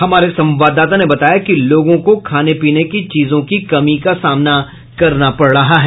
हमारे संवाददाता ने बताया कि लोगों को खाने पीने की चीजों का कमी का सामना करना पड़ रहा है